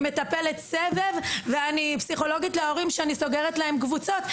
אני מטפלת סבב ואני פסיכולוגית להורים שאני סוגרת להם קבוצות,